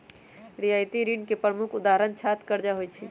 रियायती ऋण के प्रमुख उदाहरण छात्र करजा होइ छइ